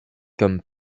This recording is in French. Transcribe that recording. comme